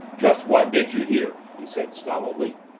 just what did you hear? he said stolidly.